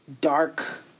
dark